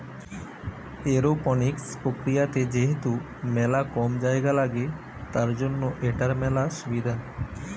aeroponics প্রক্রিয়াতে যেহেতু মেলা কম জায়গা লাগে, তার জন্য এটার মেলা সুবিধা